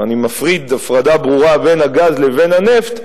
אני מפריד הפרדה ברורה בין הגז לבין הנפט,